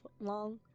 long